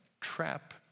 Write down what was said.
trap